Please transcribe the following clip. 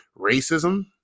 racism